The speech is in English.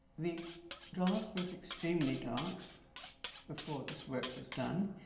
the glass was extremely dark before this work was done.